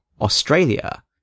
Australia